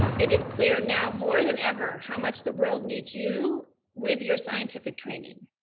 it is clear now more than ever how much the world needs you with your scientific training.